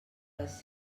les